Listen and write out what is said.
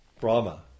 Brahma